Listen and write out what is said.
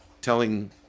telling